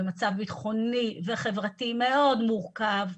במצב בטחוני וחברתי מאוד מורכב.